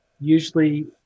usually